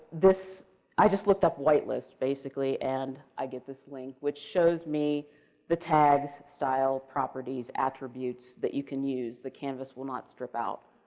i just looked up white list basically and i get this link, which shows me the tag style properties attributes that you can use the canvas will not strip out.